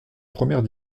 première